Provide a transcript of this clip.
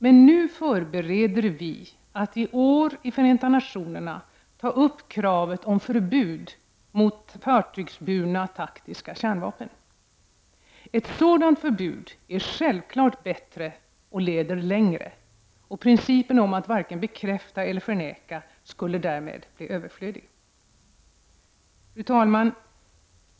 Men nu förbereder vi att i år i FN ta upp kravet om förbud mot fartygsburna taktiska kärnvapen. Ett sådant förbud är självklart bättre och leder längre. Principen om att varken bekräfta eller förneka skulle därmed bli överflödig. Fru talman!